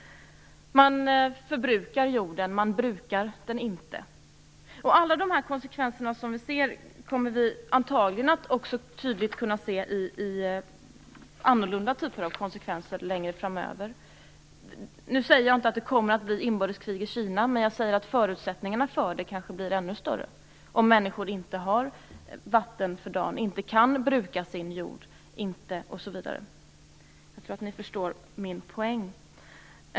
Man förbrukar jorden, brukar den inte. Vi kommer antagligen att tydligt få se olika typer av konsekvenser av detta längre framöver. Jag säger inte att det kommer att bli inbördeskrig i Kina, men förutsättningarna för det blir större om människor inte har vatten för dagen, inte kan bruka sin jord osv.